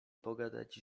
pogadać